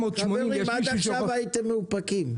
חברים, עד עכשיו הייתם מאופקים.